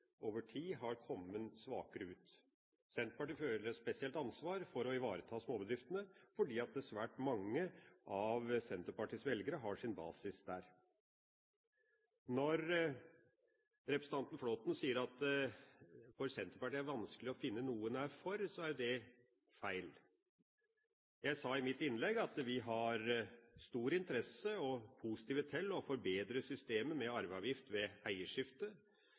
over tid har kommet svakere ut. Senterpartiet føler et spesielt ansvar for å ivareta småbedriftene, fordi svært mange av Senterpartiets velgere har sin basis der. Når representanten Flåtten sier at det for Senterpartiet er vanskelig å finne noe en er for, er det feil. Jeg sa i mitt innlegg at vi har stor interesse for og er positive til å forbedre systemet med arveavgift ved eierskifte.